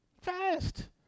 Fast